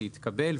שהתקבל,